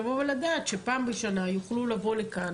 לדעת שפעם בשנה יוכלו לבוא לכאן,